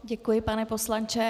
Děkuji, pane poslanče.